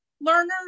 learners